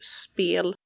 spel